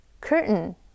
curtain